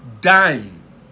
dying